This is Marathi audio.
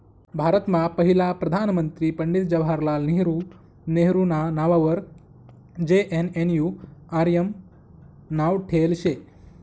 भारतमा पहिला प्रधानमंत्री पंडित जवाहरलाल नेहरू नेहरूना नाववर जे.एन.एन.यू.आर.एम नाव ठेयेल शे